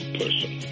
person